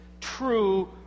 true